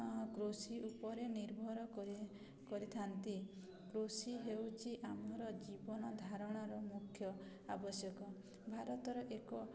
କୃଷି ଉପରେ ନିର୍ଭର କରିଥାନ୍ତି କୃଷି ହେଉଛି ଆମର ଜୀବନ ଧାରଣାର ମୁଖ୍ୟ ଆବଶ୍ୟକ ଭାରତର ଏକ